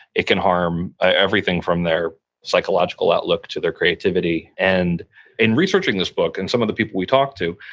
it can harm everything from their psychological outlook to their creativity and in researching this book and some of the people we talked to,